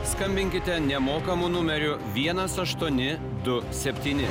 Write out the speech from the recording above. skambinkite nemokamu numeriu vienas aštuoni du septyni